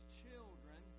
children